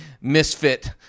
Misfit